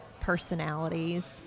personalities